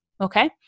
Okay